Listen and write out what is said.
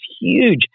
huge